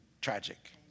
tragic